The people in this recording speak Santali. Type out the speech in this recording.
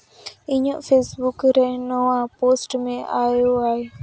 ᱤᱧᱟᱹᱜ ᱯᱷᱮᱥᱵᱩᱠ ᱨᱮ ᱱᱚᱣᱟ ᱯᱳᱥᱴ ᱢᱮ ᱟᱭ ᱳ ᱟᱭ